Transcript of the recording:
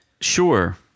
Sure